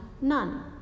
none